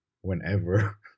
whenever